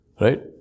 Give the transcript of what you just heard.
Right